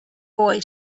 boy